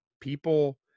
people